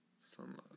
Sunlight